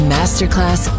Masterclass